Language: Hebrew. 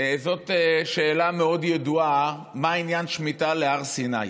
זאת שאלה מאוד ידועה מה עניין שמיטה להר סיני,